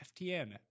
FTN